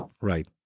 Right